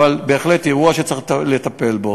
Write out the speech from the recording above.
אבל זה בהחלט אירוע שצריך לטפל בו.